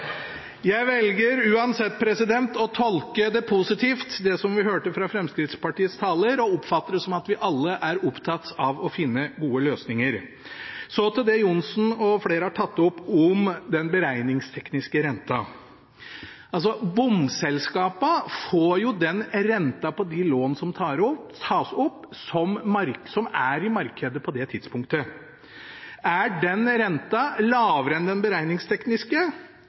Jeg velger uansett å tolke det som vi hørte fra Fremskrittspartiets taler, positivt, og oppfatter det som at vi alle er opptatt av å finne gode løsninger. Så til det Johnsen og flere har tatt opp, om den beregningstekniske renten. Bomselskapene får på de lån som tas opp, den renten som er i markedet på det tidspunktet. Er denne renten lavere enn den beregningstekniske,